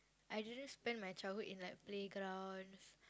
I didn't spend my childhood in like playgrounds